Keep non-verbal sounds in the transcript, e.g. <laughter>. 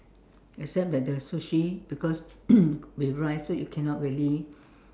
except that the sushi because <coughs> with rice so you cannot really